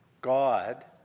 God